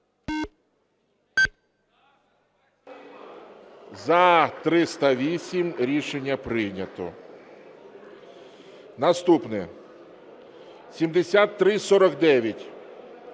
За-308 Рішення прийнято. Наступне. 7349.